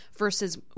Versus